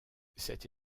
cette